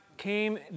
came